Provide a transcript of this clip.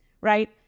right